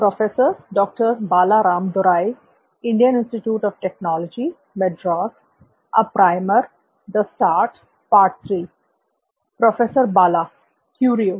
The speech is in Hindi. प्रोफेसर बाला क्युरिओ